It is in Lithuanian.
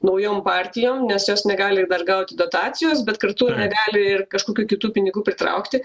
naujom partijom nes jos negali dar gauti dotacijos bet kartu ir negali ir kažkokių kitų pinigų pritraukti